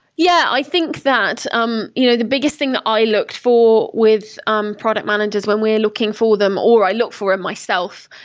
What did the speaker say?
yeah, i think that um you know the biggest thing that i look for with um product managers when we are looking for them, or i look for myself,